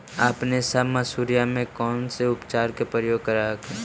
अपने सब मसुरिया मे कौन से उपचार के प्रयोग कर हखिन?